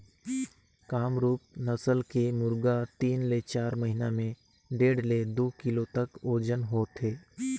कामरूप नसल के मुरगा तीन ले चार महिना में डेढ़ ले दू किलो तक ओजन होथे